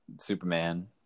Superman